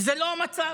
וזה לא המצב.